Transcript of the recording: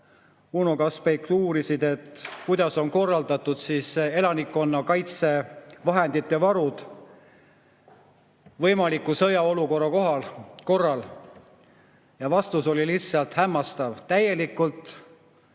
Uno Kaskpeit uurisid, kuidas on korraldatud elanikkonna kaitsevahendite varud võimaliku sõjaolukorra korral. Vastus oli lihtsalt hämmastav, täielikult